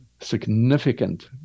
significant